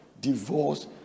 Divorce